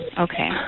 Okay